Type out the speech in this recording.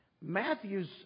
Matthew's